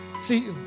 See